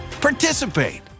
participate